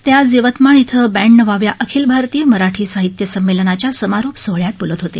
ते आज यवतमाळ इथ वियाण्णवाव्या अखिल भारतीय मराठी साहित्य साळीनाच्या समारोप सोहळ्यात बोलत होते